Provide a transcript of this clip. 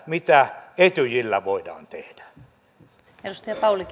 mitä etyjillä voidaan tehdä